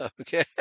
okay